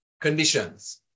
conditions